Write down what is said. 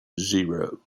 zero